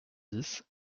dix